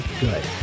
good